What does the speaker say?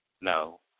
No